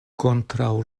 kontraŭ